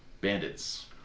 bandits